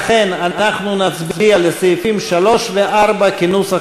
לכן אנחנו נצביע על סעיפים 3 ו-4 כנוסח